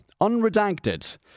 unredacted